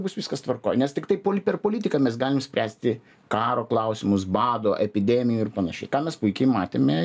bus viskas tvarkoj nes tiktai pol per politiką mes galim spręsti karo klausimus bado epidemijų ir panašiai ką mes puikiai matėme